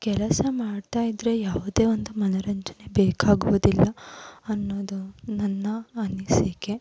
ಕೆಲಸ ಮಾಡ್ತಾಯಿದ್ರೆ ಯಾವುದೇ ಒಂದು ಮನೋರಂಜನೆ ಬೇಕಾಗುವುದಿಲ್ಲ ಅನ್ನೋದು ನನ್ನ ಅನಿಸಿಕೆ